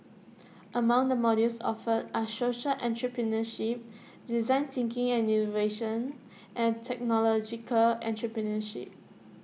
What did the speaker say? among the modules offered are social entrepreneurship design thinking and innovation and technological entrepreneurship